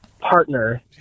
partner